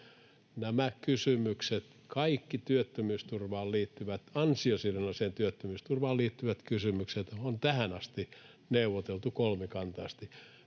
Nämä kysymykset, kaikki ansiosidonnaiseen työttömyysturvaan liittyvät kysymykset, on tähän asti neuvoteltu kolmikantaisesti.